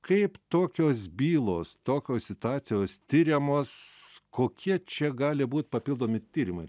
kaip tokios bylos tokios situacijos tiriamos kokie čia gali būt papildomi tyrimai